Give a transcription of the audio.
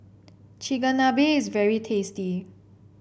Chigenabe is very tasty